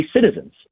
citizens